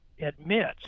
admits